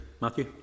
Matthew